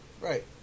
Right